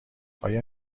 آیا